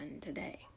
today